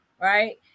right